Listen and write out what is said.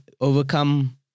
overcome